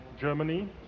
Germany